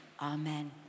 Amen